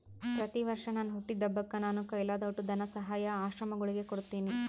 ಪ್ರತಿವರ್ಷ ನನ್ ಹುಟ್ಟಿದಬ್ಬಕ್ಕ ನಾನು ಕೈಲಾದೋಟು ಧನಸಹಾಯಾನ ಆಶ್ರಮಗುಳಿಗೆ ಕೊಡ್ತೀನಿ